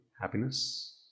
happiness